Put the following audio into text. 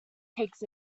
takes